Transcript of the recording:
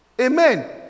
Amen